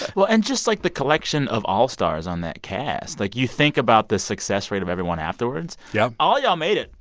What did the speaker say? well and just, like, the collection of all-stars on that cast like, you think about the success rate of everyone afterwards yeah all y'all made it.